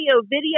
video